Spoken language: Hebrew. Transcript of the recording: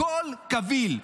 הכול קביל.